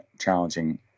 challenging